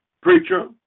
preacher